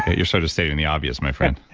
your sort of stating the obvious my friend